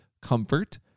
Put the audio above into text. comfort